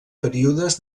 períodes